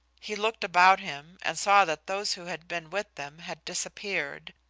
he looked about him and saw that those who had been with them had disappeared,